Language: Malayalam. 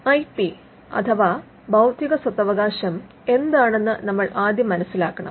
ഐ പി അഥവാ ബൌദ്ധിക സ്വത്തവകാശം എന്താണെന്ന് നമ്മൾ ആദ്യം മനസിലാക്കണം